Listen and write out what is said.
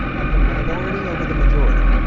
of the minority over the majority.